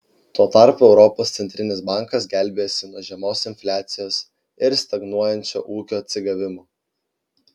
tu tarpu europos centrinis bankas gelbėjasi nuo žemos infliacijos ir stagnuojančio ūkio atsigavimo